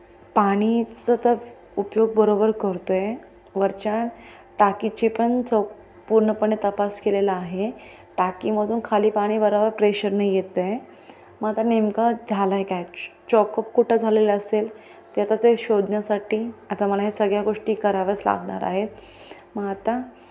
पाणीचं तर उपयोग बरोबर करतो आहे वरच्या टाकीचे पण चौ पूर्णपणे तपास केलेला आहे टाकीमधून खाली पाणी बरोबर प्रेशरनं येतं आहे मग आता नेमका झाला आहे काय चॉकअप कुठं झालेलं असेल ते आता ते शोधण्यासाठी आता मला ह्या सगळ्या गोष्टी कराव्याच लागणार आहेत मग आता